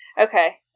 Okay